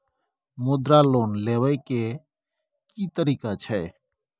मुद्रा लोन लेबै के की तरीका छै?